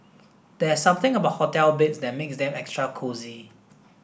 there's something about hotel beds that makes them extra cosy